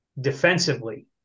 defensively